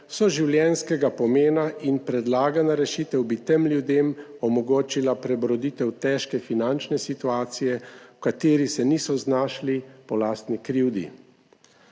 so življenjskega pomena in predlagana rešitev bi tem ljudem omogočila prebroditev težke finančne situacije, v kateri se niso znašli po lastni krivdi.